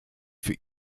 für